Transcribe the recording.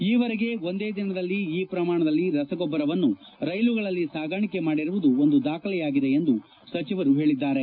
ಈವರೆಗೆ ಒಂದೇ ದಿನದಲ್ಲಿ ಈ ಪ್ರಮಾಣದಲ್ಲಿ ರಸಗೊಬ್ಬರವನ್ನು ರೈಲುಗಳಲ್ಲಿ ಸಾಗಾಣಿಕೆ ಮಾಡಿರುವುದು ಒಂದು ದಾಖಲೆಯಾಗಿದೆ ಎಂದು ಸಚಿವರು ಹೇಳಿದ್ದಾರೆ